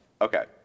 Okay